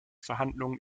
verhandlungen